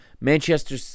Manchester